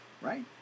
right